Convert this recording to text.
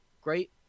great